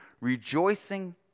rejoicing